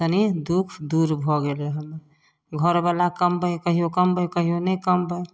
तनी दुःख दूर भऽ गेल रहै घरवाला कम्बै कहियो कम्बै कहियो नहि कम्बै